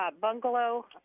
bungalow